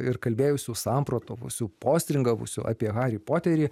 ir kalbėjusių samprotavusių postringavusių apie harį poterį